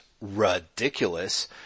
ridiculous